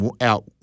out